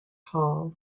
hall